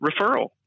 referral